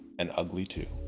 and ugly too.